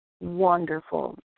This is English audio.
wonderful